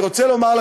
אני רוצה לומר,